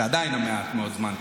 זה עדיין מעט מאוד זמן,